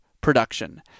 production